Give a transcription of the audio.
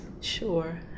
Sure